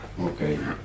Okay